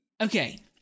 Okay